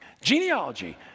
Genealogy